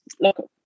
look